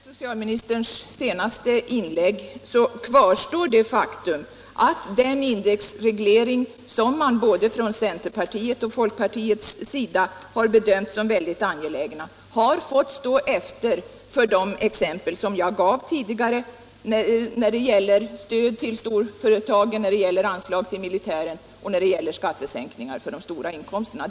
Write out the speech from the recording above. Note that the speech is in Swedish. Herr talman! Även efter socialministerns senaste inlägg kvarstår det faktum att den indexreglering som från både centerpartiets och folk partiets sida har bedömts som synnerligen angelägen har fått stå tillbaka för som jag angav tidigare, t.ex. stöd till storföretagen, anslag till militären och skattesänkningar för de stora inkomsttagarna.